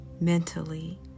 mentally